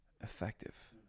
effective